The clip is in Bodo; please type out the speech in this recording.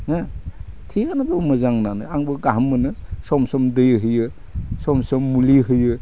हा थिखआनो दं मोजां होननानै आंबो गाहाम मोनो सम सम दै होयो सम सम मुलि होयो